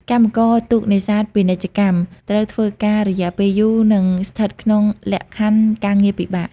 កម្មករទូកនេសាទពាណិជ្ជកម្មត្រូវធ្វើការ រយៈពេលយូរ និងស្ថិតក្នុងលក្ខខណ្ឌការងារពិបាក។